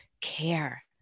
care